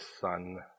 sun